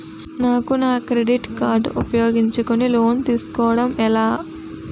నాకు నా credit card ఉపయోగించుకుని లోన్ తిస్కోడం ఎలా?